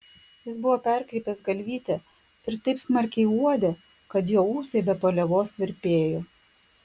jis buvo perkreipęs galvytę ir taip smarkiai uodė kad jo ūsai be paliovos virpėjo